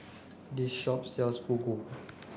this shop sells Fugu